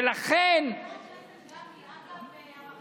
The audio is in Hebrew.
ולכן חבר הכנסת גפני,